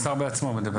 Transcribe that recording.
שמענו את השר בעצמו מדבר.